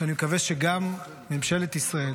ואני מקווה שגם ממשלת ישראל